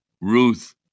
Ruth